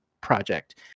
project